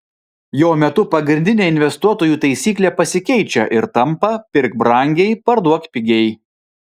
jo metu pagrindinė investuotojų taisyklė pasikeičia ir tampa pirk brangiai parduok pigiai